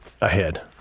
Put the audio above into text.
ahead